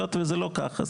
היות וזה לא ככה,